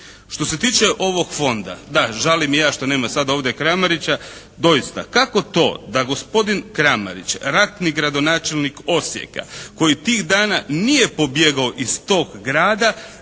Što se tiče ovog fonda, da žalim i ja što nema sad ovdje Kramarića. Doista, kako to da gospodin Kramarić ratni gradonačelnik Osijeka koji tih dana nije pobjegao iz tog grada